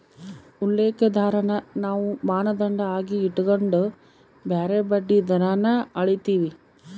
ಉಲ್ಲೇಖ ದರಾನ ನಾವು ಮಾನದಂಡ ಆಗಿ ಇಟಗಂಡು ಬ್ಯಾರೆ ಬಡ್ಡಿ ದರಾನ ಅಳೀತೀವಿ